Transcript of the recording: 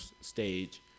Stage